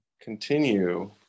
continue